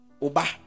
Oba